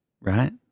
right